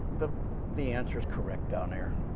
the the answer is correct down here,